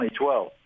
2012